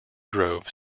grove